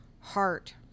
heart